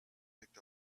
picked